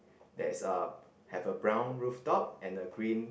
there is uh have a brown rooftop and a green